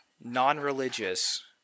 non-religious